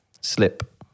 slip